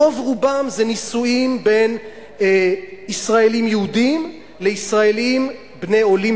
רובם זה נישואין בין ישראלים יהודים לישראלים בני עולים,